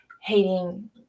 hating